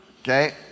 Okay